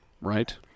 right